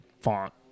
font